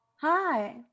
Hi